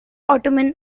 ottoman